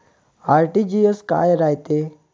RTGS काय रायते?